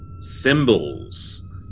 symbols